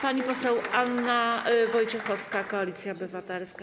Pani poseł Anna Wojciechowska, Koalicja Obywatelska.